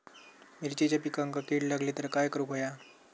मिरचीच्या पिकांक कीड लागली तर काय करुक होया?